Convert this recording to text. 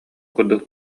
курдук